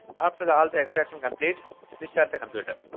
after the all the extraction complete restart the computer